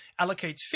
allocates